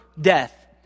death